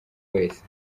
wese